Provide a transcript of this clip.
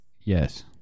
Yes